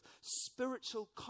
spiritual